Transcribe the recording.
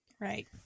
right